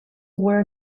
wear